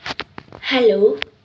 hello